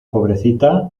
pobrecita